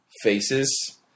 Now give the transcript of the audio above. faces